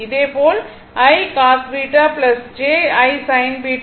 இதேபோல் I cos β j I sin β